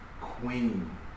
Queen